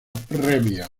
previa